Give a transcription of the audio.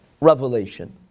revelation